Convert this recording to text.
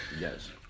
yes